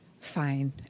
fine